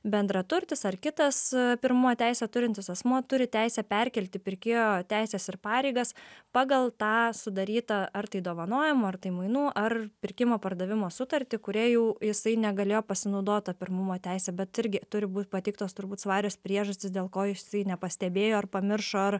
bendraturtis ar kitas pirmumo teisę turintis asmuo turi teisę perkelti pirkėjo teises ir pareigas pagal tą sudarytą ar tai dovanojimo ar tai mainų ar pirkimo pardavimo sutartį kuria jau jisai negalėjo pasinaudot ta pirmumo teise bet irgi turi būt pateiktos turbūt svarios priežastys dėl ko jisai nepastebėjo ar pamiršo ar